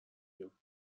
بیام